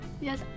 Yes